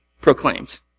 proclaimed